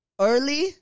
early